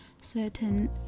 certain